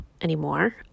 anymore